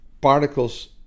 particles